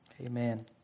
Amen